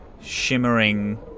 shimmering